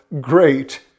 great